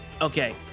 okay